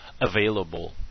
available